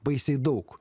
baisiai daug